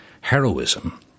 heroism